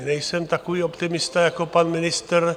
Nejsem takový optimista jako pan ministr.